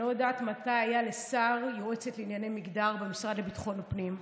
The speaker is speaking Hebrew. אני לא יודעת מתי היה לשר יועצת לענייני מגדר במשרד לביטחון הפנים,